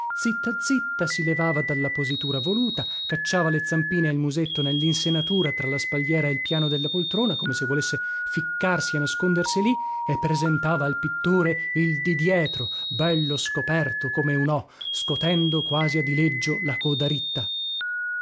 zitta zitta si levava dalla positura voluta cacciava le zampine e il musetto nellinsenatura tra la spalliera e il piano della poltrona come se volesse ficcarsi e nascondersi lì e presentava al pittore il di dietro bello scoperto come un o scotendo quasi a dileggio la coda ritta